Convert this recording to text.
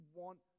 want